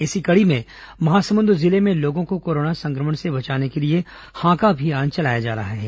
इसी कड़ी में महासमुंद जिले में लोगों को कोरोना संक्रमण से बचाने के लिए हांका अभियान चलाया जा रहा है